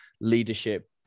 leadership